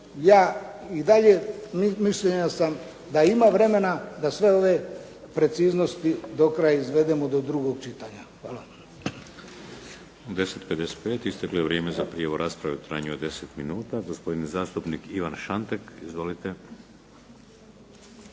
ja i dalje mišljenja sam da ima vremena da sve ove preciznosti do kraja izvedemo do drugog čitanja. Hvala.